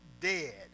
dead